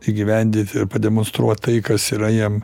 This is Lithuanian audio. įgyvendint ir pademonstruot tai kas yra jiem